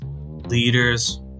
leaders